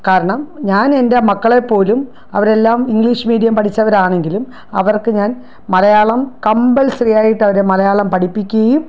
കാരണം ഞാൻ എൻ്റെ മക്കളെ പോലും അവരെല്ലാം ഇംഗ്ലീഷ് മീഡിയം പഠിച്ചവരാണെങ്കിലും അവർക്ക് ഞാൻ മലയാളം കമ്പൽസറി ആയിട്ട് അവരെ മലയാളം പഠിപ്പിക്കുകയും